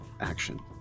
action